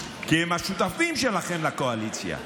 כי הם השותפים שלכם לקואליציה.